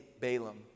Balaam